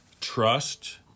Trust